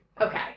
Okay